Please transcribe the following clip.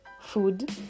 food